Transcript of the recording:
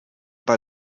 bei